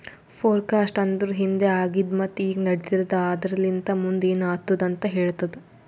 forecast ಅಂದುರ್ ಹಿಂದೆ ಆಗಿದ್ ಮತ್ತ ಈಗ ನಡಿತಿರದ್ ಆದರಲಿಂತ್ ಮುಂದ್ ಏನ್ ಆತ್ತುದ ಅಂತ್ ಹೇಳ್ತದ